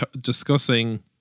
discussing